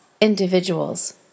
individuals